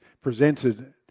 presented